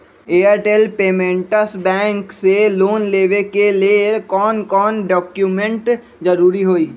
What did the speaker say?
Airtel payments bank से loan लेवे के ले कौन कौन डॉक्यूमेंट जरुरी होइ?